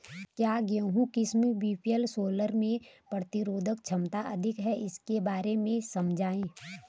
क्या गेहूँ की किस्म वी.एल सोलह में प्रतिरोधक क्षमता अधिक है इसके बारे में समझाइये?